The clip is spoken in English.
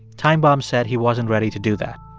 time bomb said he wasn't ready to do that.